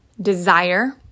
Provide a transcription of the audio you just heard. desire